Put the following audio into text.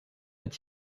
est